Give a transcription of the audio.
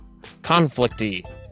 conflicty